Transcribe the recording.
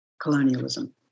colonialism